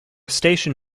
station